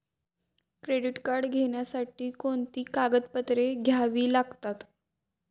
Credit card घेण्यासाठी कोणती कागदपत्रे घ्यावी लागतात?